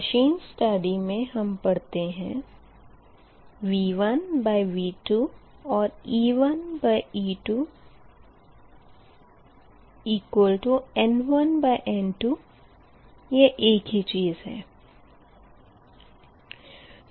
machine study मे हम पढ़ते है V1V2 or e1e2N1N2 यह एक ही चीज़ है